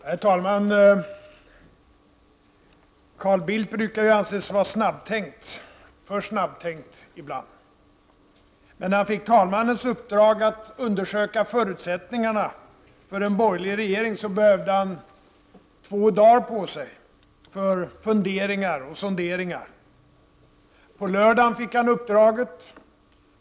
Herr talman! Carl Bildt brukar ju anses vara snabbtänkt — för snabbtänkt ibland — men när han fick talmannens uppdrag att undersöka förutsättningarna för en borgerlig regering behövde han två dagar för funderingar och sonderingar. På lördagen fick han uppdraget.